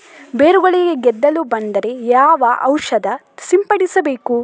ಬೇರುಗಳಿಗೆ ಗೆದ್ದಲು ಬಂದರೆ ಯಾವ ಔಷಧ ಸಿಂಪಡಿಸಬೇಕು?